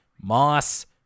moss